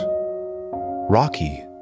rocky